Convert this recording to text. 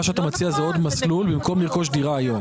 מה שאתה מציע זה עוד מסלול במקום לרכוש דירה היום.